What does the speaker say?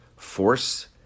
force